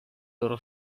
loro